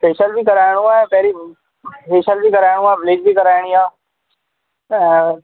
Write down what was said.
facial बि कराइणो आहे पहिरीं फेशियल बि कराइणो आहे ब्लीच बि कराइणी आहे